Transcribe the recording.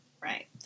Right